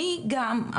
אני גם,